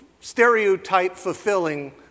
stereotype-fulfilling